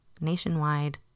nationwide